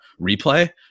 replay